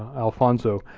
alfonso,